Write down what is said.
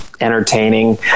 entertaining